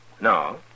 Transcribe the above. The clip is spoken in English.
No